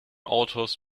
autors